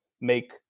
make